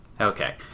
Okay